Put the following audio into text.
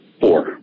four